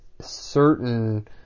certain